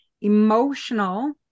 emotional